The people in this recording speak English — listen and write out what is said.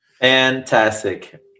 Fantastic